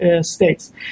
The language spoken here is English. states